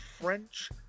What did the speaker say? French